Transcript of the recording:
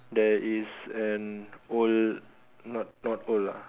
there is an old not not old lah